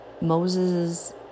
Moses